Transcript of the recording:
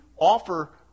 offer